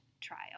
trial